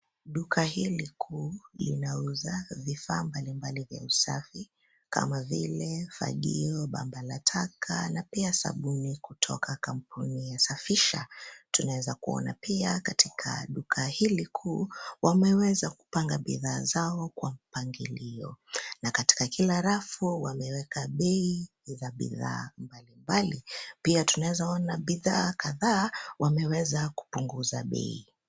Duka hili kuu linauza vifaa mbali mbali vya usafi kama vile fagio, bomba la taka na pia sabuni kutoka kampuni ya safisha . Tunaeza kuona pia, katika duka hili kuu, wameweza kupanga bidhaa zao kwa mpangilio. Na katika kila rafu wameweka bei za bidhaa mbali mbali , pia tunaeza ona bidhaa kadhaa wameweza kupunguza bei.